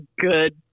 good